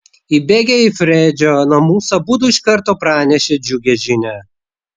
įbėgę į fredžio namus abudu iš karto pranešė džiugią žinią